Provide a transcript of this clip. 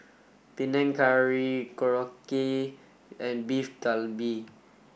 Panang Curry Korokke and Beef Galbi